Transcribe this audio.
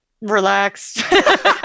Relaxed